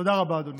תודה רבה, אדוני.